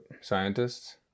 scientists